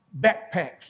backpacks